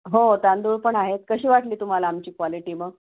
हो तांदूळ पण आहेत कशी वाटली तुम्हाला आमची क्वालिटी मग